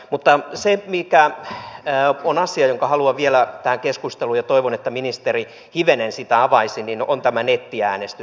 mutta asia jonka haluan vielä tähän keskusteluun ja toivon että ministeri hivenen sitä avaisi on tämä nettiäänestys